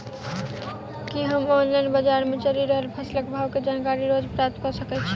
की हम ऑनलाइन, बजार मे चलि रहल फसलक भाव केँ जानकारी रोज प्राप्त कऽ सकैत छी?